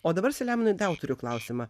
o dabar selemonai tau turiu klausimą